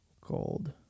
Gold